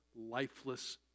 lifeless